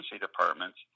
departments